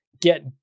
get